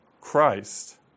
Christ